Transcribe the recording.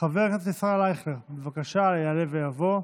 חבר הכנסת ישראל אייכלר, בבקשה, יעלה ויבוא,